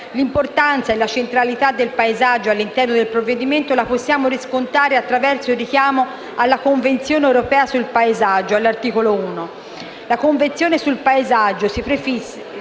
l'importanza e la centralità del paesaggio all'interno del provvedimento attraverso il richiamo alla Convenzione europea del paesaggio, all'articolo 1. La Convenzione europea del paesaggio si prefigge